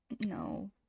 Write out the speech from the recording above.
no